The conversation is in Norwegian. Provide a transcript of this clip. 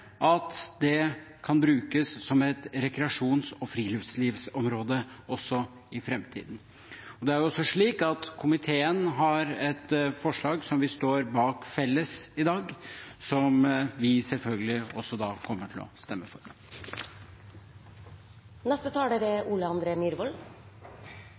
at det kan brukes som et rekreasjons- og friluftslivsområde også i framtiden. Det er jo også slik at komiteen har et forslag som vi står bak felles i dag, som vi selvfølgelig også kommer til å stemme for.